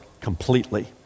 completely